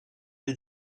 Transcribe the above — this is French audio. des